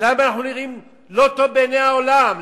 למה אנחנו נראים לא טוב בעיני העולם?